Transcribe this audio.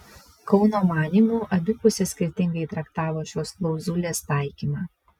kauno manymu abi pusės skirtingai traktavo šios klauzulės taikymą